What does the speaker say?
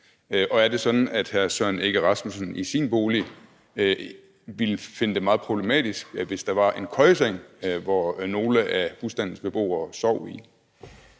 Og er det sådan, at hr. Søren Egge Rasmussen i sin bolig ville finde det meget problematisk, hvis der var en køjeseng, som nogle af husstandens beboere sov i?